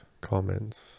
comments